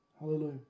Hallelujah